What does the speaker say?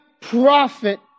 prophet